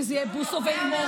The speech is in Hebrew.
שאלה יהיו בוסו ולימור.